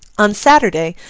on saturday,